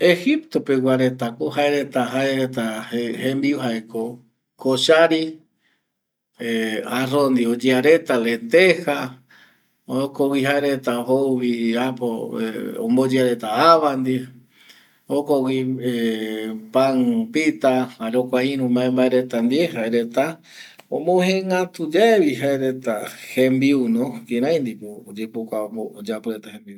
Egipto pegua reta jaeko jaereta jembiu jaeko coshari arroz ndie omboyeareta, lenteja jokogüi jaereta jouvi omboyea reta ava ndie, jokogüi pampita, jaema omojegatu yae vi jaereta y jembiu.